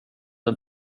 den